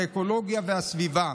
האקולוגיה והסביבה.